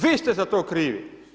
Vi ste za to krivi.